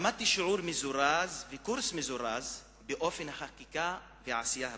למדתי שיעור מזורז וקורס מזורז באופן החקיקה והעשייה הפרלמנטרית.